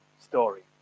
story